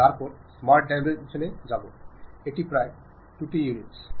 তারপরে smart dimension এ যান এটি প্রায় 20 টি ইউনিটে সামঞ্জস্য করুন